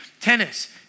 Tennis